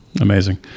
Amazing